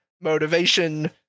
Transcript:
motivation